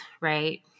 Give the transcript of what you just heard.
right